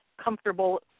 comfortable